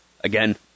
again